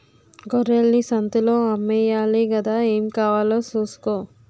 గొర్రెల్ని సంతలో అమ్మేయాలి గదా ఏం కావాలో సూసుకో